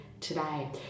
today